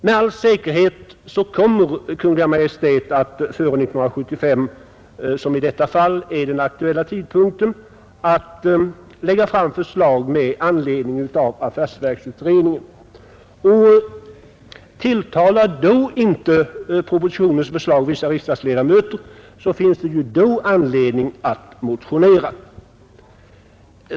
Med all säkerhet kommer Kungl. Maj:t att före 1975, som i detta fall är den aktuella tidpunkten, lägga fram förslag med anledning av affärsverksutredningen. Tilltalar då inte propositionens förslag vissa riksdagsledamöter, så finns det i det läget anledning att motionera.